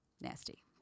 Nasty